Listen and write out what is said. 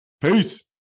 Peace